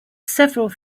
several